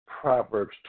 Proverbs